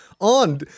on